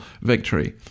victory